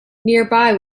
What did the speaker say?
nearby